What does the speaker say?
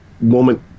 moment